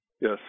Yes